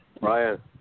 Ryan